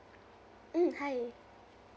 mm hi